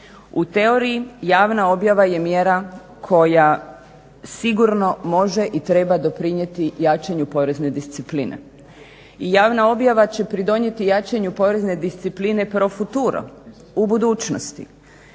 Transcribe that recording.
U teoriji javna objava je mjera koja sigurno može i treba doprinijeti jačanju porezne discipline i javna objava će pridonijeti jačanju porezne discipline pro futuro, u budućnosti,